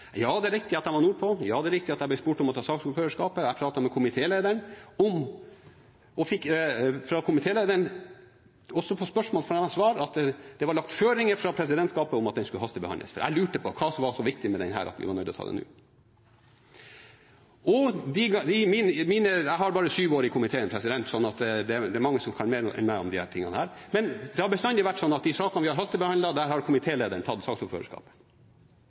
Ja, det er riktig at jeg var nordpå. Ja, det er riktig at jeg ble spurt om å ta saksordførerskapet. Jeg pratet med komitélederen om det og fikk også svar på spørsmål om hvorvidt det var lagt føringer fra presidentskapet om at den skulle hastebehandles, for jeg lurte på hva som var så viktig med denne at vi var nødt til å ta den nå. Jeg har bare syv år i komiteen, og mange kan mer enn meg om disse tingene. Men det har bestandig vært sånn at i de sakene vi har hastebehandlet, har komitélederen tatt saksordførerskapet.